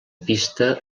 pista